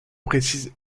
précise